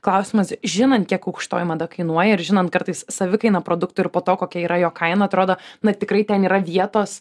klausimas žinant kiek aukštoji mada kainuoja ir žinant kartais savikainą produktų ir po to kokia yra jo kaina atrodo na tikrai ten yra vietos